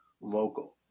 local